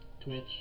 Twitch